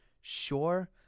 Sure